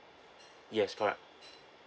yes correct